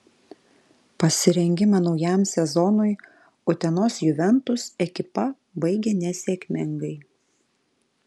pasirengimą naujam sezonui utenos juventus ekipa baigė nesėkmingai